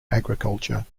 agriculture